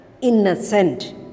innocent